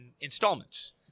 installments